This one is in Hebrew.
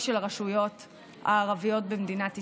של הרשויות הערביות במדינת ישראל.